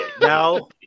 now